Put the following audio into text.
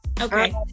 okay